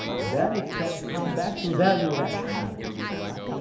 and then it can come back to value rationality. right?